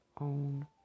own